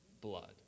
Blood